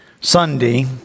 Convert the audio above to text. Sunday